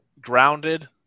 Grounded